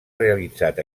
realitzat